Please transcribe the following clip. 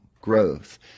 growth